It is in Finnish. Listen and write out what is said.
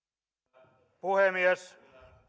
arvoisa puhemies